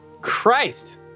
Christ